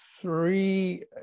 three